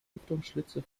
lüftungsschlitze